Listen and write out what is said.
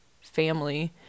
family